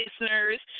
Listeners